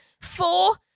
four